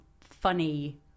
funny